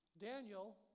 Daniel